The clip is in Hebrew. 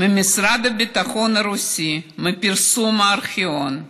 ממשרד הביטחון הרוסי, עם פרסום הארכיון.